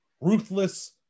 ruthless